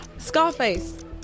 Scarface